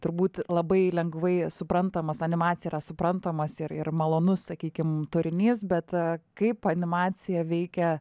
turbūt labai lengvai suprantamas animacija yra suprantamas ir ir malonus sakykim turinys bet kaip animacija veikia